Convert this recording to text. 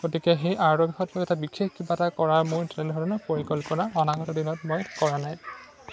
গতিকে সেই আৰ্টৰ বিষয়ত মোক এটা বিশেষ কিবা এটা কৰাৰ মোৰ তেনেধৰণৰ পৰিকল্পনা অনাগত দিনত মই কৰা নাই